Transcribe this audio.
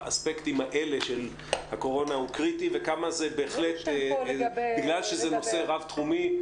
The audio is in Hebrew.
לאספקטים האלה של הקורונה הוא קריטי בגלל שזה נושא רב תחומי,